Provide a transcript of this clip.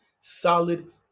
solid